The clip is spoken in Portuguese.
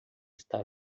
está